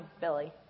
Billy